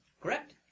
Correct